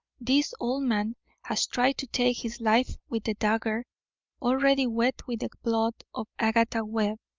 this old man has tried to take his life with the dagger already wet with the blood of agatha webb.